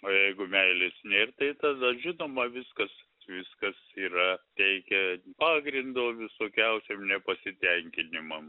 o jeigu meilės nėr tai tada žinoma viskas viskas yra teikia pagrindo visokiausiem nepasitenkinimam